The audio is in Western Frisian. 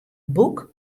boek